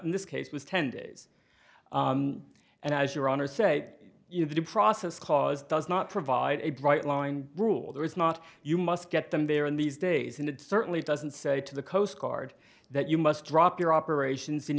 in this case was ten days and as your honor say you've got a process clause does not provide a bright line rule there is not you must get them there in these days and it certainly doesn't say to the coast guard that you must drop your operations in